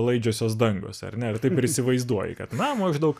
laidžiosios dangos ar ne ir taip ir įsivaizduoji kad na maždaug